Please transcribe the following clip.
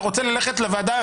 אתה רוצה ללכת לוועדה?